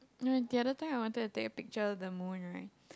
no the other thing I wanted to take a picture of the moon right